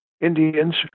Indians